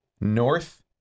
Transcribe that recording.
north